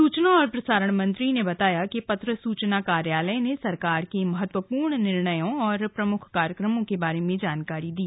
सूचना और प्रसारण मंत्री ने बताया कि पत्र सूचना कार्यालय ने सरकार के महत्वपूर्ण निर्णयों और प्रमुख कार्यक्रमों के बारे में जानकारी दी